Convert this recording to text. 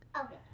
Okay